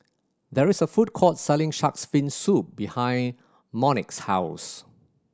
there is a food court selling Shark's Fin Soup behind Monique's house